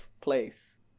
place